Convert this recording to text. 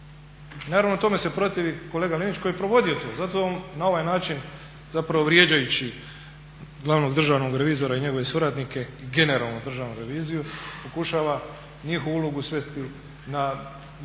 na ovaj način zapravo vrijeđajući glavnog državnog revizora i njegove suradnike generalnu Državnu reviziju pokušava njihovu ulogu svesti na možda